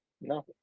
No